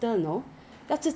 I had two piece chicken